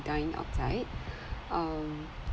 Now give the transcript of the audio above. dine outside um